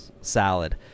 salad